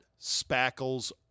spackles